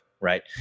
right